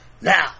Now